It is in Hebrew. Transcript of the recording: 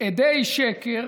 עדי שקר,